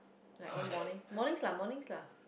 like one morning morning lah morning lah